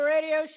Radio